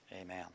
amen